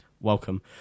welcome